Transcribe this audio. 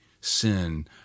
sin